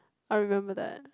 I remember that